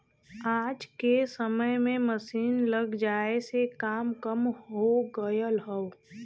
आज के समय में मसीन लग जाये से काम कम हो गयल हौ